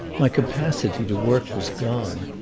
my capacity to work was gone.